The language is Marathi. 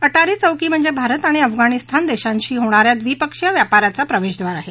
अटारी चौकी म्हणजे भारत आणि अफगाणिस्तान देशांशी होणा या द्विपक्षीय व्यापाराचं हे प्रवेशद्वार आहे